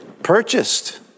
purchased